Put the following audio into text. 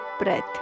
breath